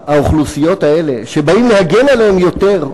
האוכלוסיות האלה, שבאים להגן עליהן יותר,